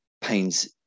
pains